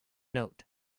note